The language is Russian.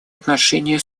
отношения